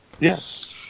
Yes